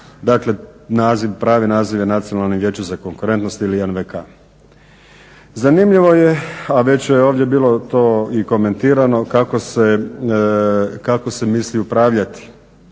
dakle pravi naziva je Nacionalno vijeće za konkurentnost ili NVK-a. Zanimljivo je a već je to ovdje bilo komentirani kako se misli upravljati